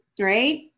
right